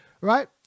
right